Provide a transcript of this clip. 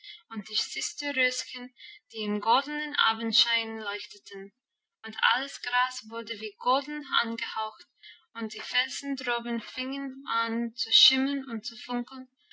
und die cystusröschen die im goldenen abendschein leuchteten und alles gras wurde wie golden angehaucht und die felsen droben fingen an zu schimmern und zu funkeln